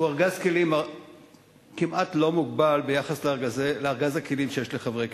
הוא ארגז כלים כמעט לא מוגבל ביחס לארגז הכלים שיש לחברי כנסת.